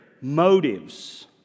motives